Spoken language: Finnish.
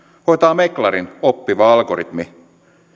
hoitaa meklarin oppiva algoritmi